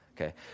okay